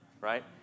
right